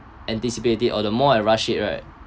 and disability or the more I rush it right